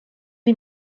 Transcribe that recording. die